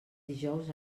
dijous